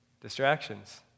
Distractions